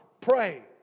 Pray